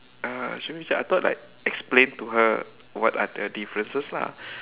uh show me I thought like explain to her what are the differences lah